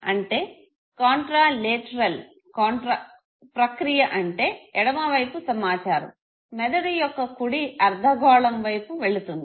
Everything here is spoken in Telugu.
అంటే కాంట్రా లేటరల్ ప్రక్రియ అంటే ఎడమ వైపు సమాచారం మెదడు యొక్క కుడి అర్ధగోళం వైపు వెళ్తుంది